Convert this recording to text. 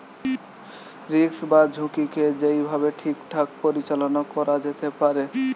risk বা ঝুঁকিকে যেই ভাবে ঠিকঠাক পরিচালনা করা যেতে পারে